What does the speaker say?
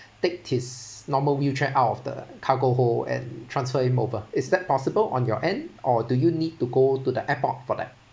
take his normal wheelchair out of the cargo hold and transfer him over is that possible on your end or do you need to go to the airport for that